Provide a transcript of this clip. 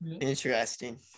interesting